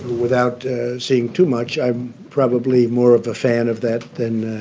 without seeing too much, i'm probably more of a fan of that than